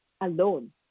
alone